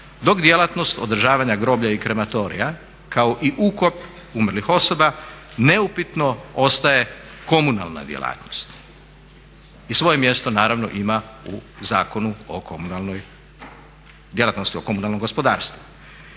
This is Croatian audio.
dok djelatnost održavanja groblja i krematorija kao i ukop umrlih osoba neupitno ostaje komunalna djelatnost i svoje mjesto naravno ima u Zakonu o komunalnoj djelatnosti,